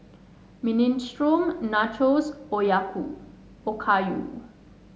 Minestrone Nachos Oyaku Okayu